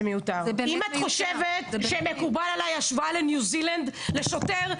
אם את חושבת שמקובלת עלי השוואה לניו זילנד לשוטר,